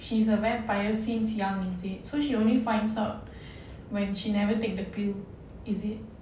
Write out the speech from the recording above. she's a vampire since young is it so she only finds out when she never take the pill is it